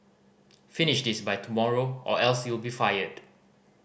finish this by tomorrow or else you'll be fired